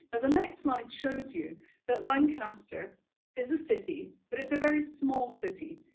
ah the next slide shows you that lancaster is a city, but it's a very small city.